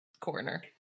corner